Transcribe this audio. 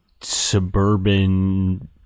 suburban